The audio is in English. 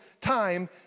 time